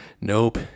nope